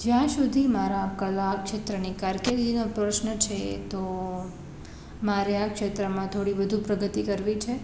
જ્યાં સુધી મારા કલાક્ષેત્રની કારકિર્દીનો પ્રશ્ન છે તો મારે આ ક્ષેત્રમાં થોડી વધુ પ્રગતિ કરવી છે